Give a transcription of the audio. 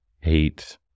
hate